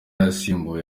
yasimbuwe